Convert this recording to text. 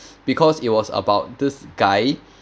because it was about this guy